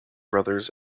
brothers